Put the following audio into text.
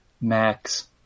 Max